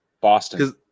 Boston